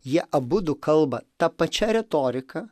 jie abudu kalba ta pačia retorika